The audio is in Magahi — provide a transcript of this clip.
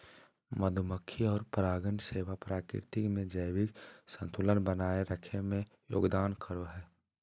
मधुमक्खी और परागण सेवा प्रकृति में जैविक संतुलन बनाए रखे में योगदान करो हइ